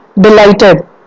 delighted